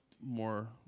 more